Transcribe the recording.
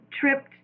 tripped